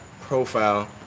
profile